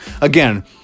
Again